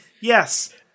Yes